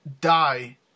die